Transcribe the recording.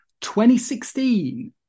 2016